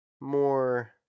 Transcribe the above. more